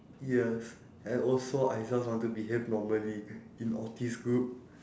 yes and also I just want to behave normally in autist group